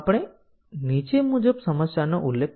આપણે જે બનાવ્યું હતું સ્તુત્ય ટેસ્ટીંગ દ્વારા તમારો શું અર્થ છે